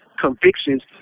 convictions